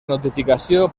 notificació